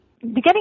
Beginning